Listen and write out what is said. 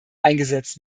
eingesetzt